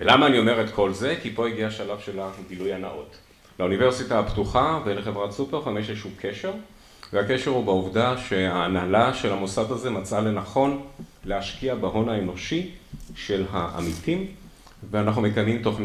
ולמה אני אומר את כל זה? כי פה הגיע השלב של הגילוי הנאות. לאוניברסיטה הפתוחה ולחברת סופרפארם יש איזשהו קשר, והקשר הוא בעובדה שהנהלה של המוסד הזה מצאה לנכון להשקיע בהון האנושי של העמיתים, ואנחנו מקיימים תוכנית.